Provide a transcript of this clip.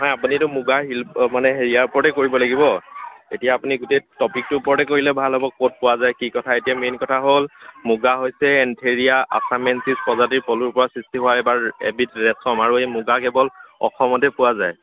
হয় আপুনি এইটো মুগা শিল্প মানে হেৰিয়া ওপৰতে কৰিব লাগিব এতিয়া আপুনি গোটেই টপিকটোৰ ওপৰতে কৰিলে ভাল হ'ব ক'ত পোৱা যায় কি কথা এতিয়া মেইন কথা হ'ল মুগা হৈছে এন্থেৰিয়া আছামেনছিছ প্ৰজাতিৰ পলুৰ পৰা সৃষ্টি হোৱা এবাৰ এবিধ ৰেচম আৰু এই মুগা কেৱল অসমতেই পোৱা যায়